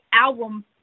album